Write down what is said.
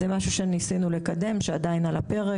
זה משהו שניסינו לקדם שעדיין עומד על הפרק